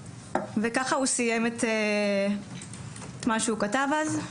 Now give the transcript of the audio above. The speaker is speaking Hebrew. וככה הוא סיים את מה שהוא כתב אז,